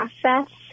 process